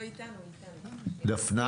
דפנה,